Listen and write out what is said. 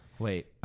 Wait